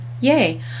Yay